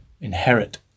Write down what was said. inherit